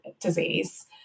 disease